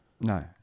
No